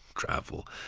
travel,